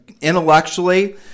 intellectually